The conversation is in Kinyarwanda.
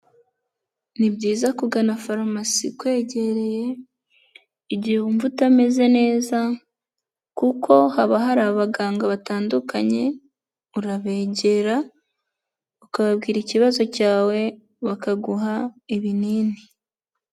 Ni byiza kugana farumasi ikwegereye igihe wumva utameze neza kuko haba hari abaganga batandukanye, urabegera ukababwira ikibazo cyawe bakaguha ibinini.